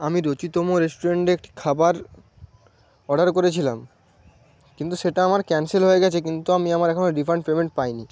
আমি রুচিতম রেস্টুরেন্টে একটি খাবার অর্ডার করেছিলাম কিন্তু সেটা আমার ক্যান্সেল হয়ে গেছে কিন্তু আমি আমার এখনো রিফান্ড পেমেন্ট পাইনি